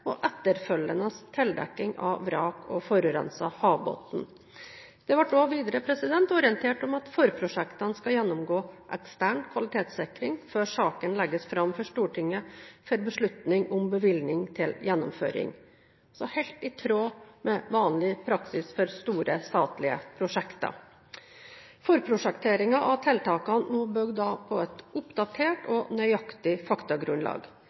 og etterfølgende tildekking av vrak og forurenset havbunn. Det ble videre orientert om at forprosjektene skal gjennomgå ekstern kvalitetssikring før saken legges fram for Stortinget for beslutning om bevilgning til gjennomføring – helt i tråd med vanlig praksis for store statlige prosjekter. Forprosjekteringen av tiltakene må bygge på et oppdatert og nøyaktig faktagrunnlag.